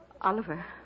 Oliver